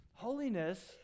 Holiness